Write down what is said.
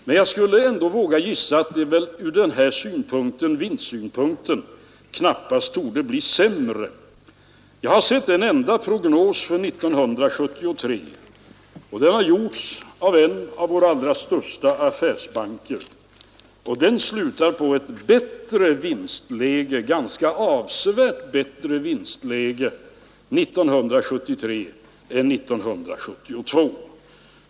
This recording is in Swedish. Men jag skulle ändå våga gissa att det ur vinstsynpunkt knappast torde bli sämre. Jag har sett en enda prognos för 1973. Den har gjorts av en av våra allra största affärsbanker, och den slutar på ett ganska avsevärt bättre vinstläge 1973 än 1972.